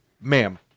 ma'am